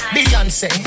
Beyonce